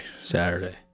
saturday